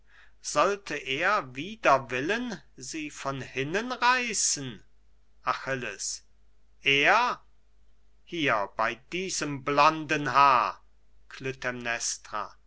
sollte er wider willen sie von hinnen reißen achilles er hier bei diesem blonden haar